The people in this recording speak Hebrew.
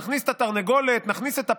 נכניס את התרנגולת, נכניס את הפרה,